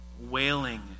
Wailing